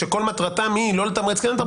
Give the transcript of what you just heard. שכל מטרתם היא לתמרץ או לא,